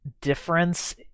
difference